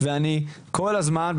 וכל הזמן,